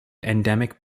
endemic